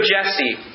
Jesse